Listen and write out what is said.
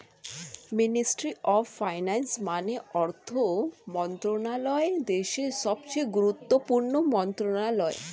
ministry of finance মানে অর্থ মন্ত্রণালয় দেশের সবচেয়ে গুরুত্বপূর্ণ মন্ত্রণালয়